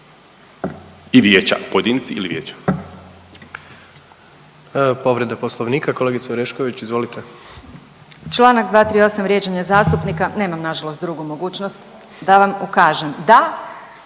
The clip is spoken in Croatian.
i vijeća, pojedinci ili vijeća.